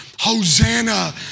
Hosanna